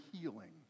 healing